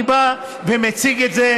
אני בא ומציג את זה,